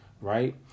right